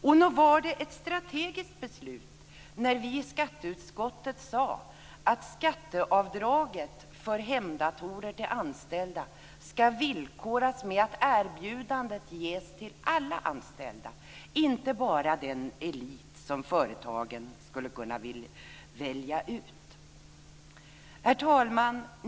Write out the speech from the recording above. Och nog var det ett strategiskt beslut när vi i skatteutskottet sade att skatteavdraget för hemdatorer till anställda ska villkoras med att erbjudandet ges till alla anställda, inte bara den elit som företagen skulle kunna välja ut. Herr talman!